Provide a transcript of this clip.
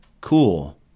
cool